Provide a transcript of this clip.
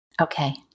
Okay